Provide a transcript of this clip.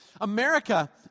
America